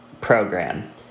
program